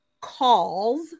calls